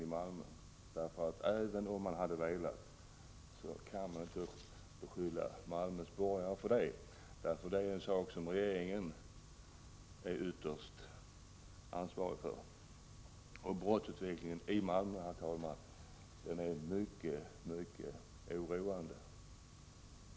Även om socialdemokraterna hade velat beskylla de borgerliga i Malmö för brottsutvecklingen där kan de inte göra det, eftersom det är något som regeringen ytterst är ansvarig för. Herr talman! Brottsutvecklingen i Malmö är mycket oroande.